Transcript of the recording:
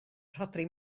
rhodri